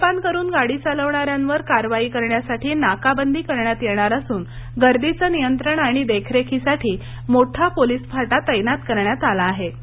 मद्यपान करून गाडी चालवणाऱ्यावर कारवाई करण्यासाठी नाकाबंदी करण्यात येणार असून गर्दीचं नियंत्रण आणि देखरेखीसाठी मोठा पोलीस फाटा तैनात करण्यात आला आहे